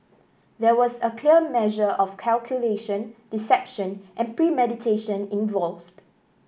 there was clearly a measure of calculation deception and premeditation involved